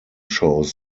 shows